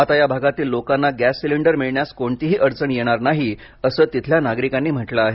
आता या भागातील लोकांना गॅस सिलिंडर मिळण्यास कोणतीही अडचण येणार नाही असं तिथल्या नागरिकांनी म्हटलं आहे